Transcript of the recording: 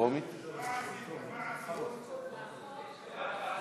ההצעה